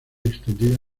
extendida